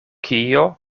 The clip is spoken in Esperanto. kio